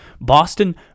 Boston